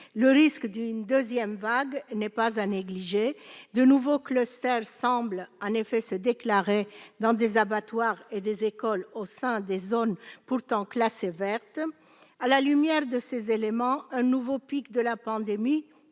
Le risque d'une deuxième vague n'est pas à négliger, de nouveaux semblant en effet se déclarer dans des abattoirs et des écoles au sein de zones pourtant classées vertes. À la lumière de ces éléments, un nouveau pic de la pandémie